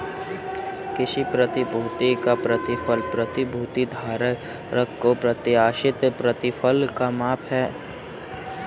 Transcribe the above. किसी प्रतिभूति पर प्रतिफल प्रतिभूति धारक को प्रत्याशित प्रतिफल का एक माप है